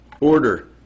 order